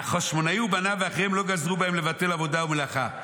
אך חשמונאי ובניו ואחריהם לא גזרו לבטל בהם עבודה ומלאכה,